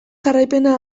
jarraipena